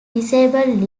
disabled